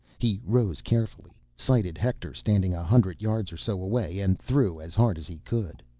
he rose carefully, sighted hector standing a hundred yards or so away, and threw as hard as he could.